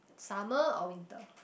summer or winter